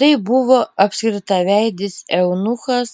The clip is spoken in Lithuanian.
tai buvo apskritaveidis eunuchas